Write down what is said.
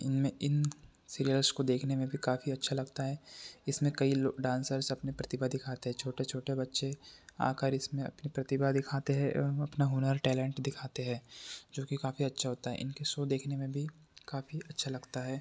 इनमें इन सिरियल्स को देखने में भी काफ़ी अच्छा लगता है इसमें कई लोग डांसर्स अपने प्रतिभा दिखाते छोटे छोटे बच्चे आकर इसमें अपनी प्रतिभा दिखाते हैं औ हम अपना हुनर टैलेंट दिखाते हैं जो कि काफ़ी अच्छा होता है इनके सो देखने में भी काफ़ी अच्छा लगता है